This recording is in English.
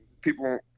people